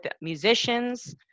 musicians